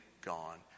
gone